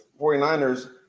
49ers